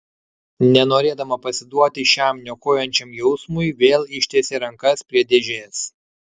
nenorėdama pasiduoti šiam niokojančiam jausmui vėl ištiesė rankas prie dėžės